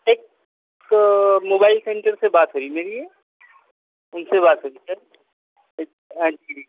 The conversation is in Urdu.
ایک موبائل سنٹر سے بات ہوئی میری یہ اُن سے بات ہوئی سر ایک ہاں جی